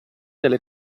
della